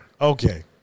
Okay